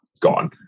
gone